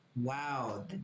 wow